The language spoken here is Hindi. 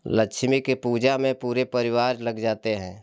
लक्ष्मी के पूजा में पूरे परिवार लग जाते हैं